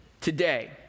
today